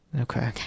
Okay